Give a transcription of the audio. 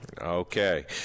Okay